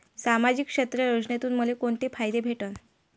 सामाजिक क्षेत्र योजनेतून मले कोंते फायदे भेटन?